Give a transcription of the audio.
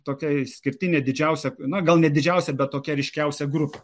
tokia išskirtinė didžiausia na gal ne didžiausia bet tokia ryškiausia grupė